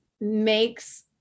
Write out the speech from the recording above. makes